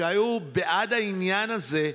שהיו בעד העניין הזה,